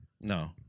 No